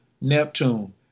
Neptune